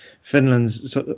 Finland's